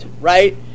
right